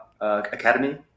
academy